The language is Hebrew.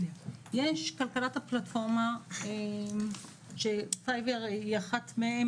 יש כלכלת פלטפורמה שפייבר היא אחת מהן